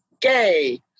gay